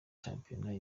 shampiyona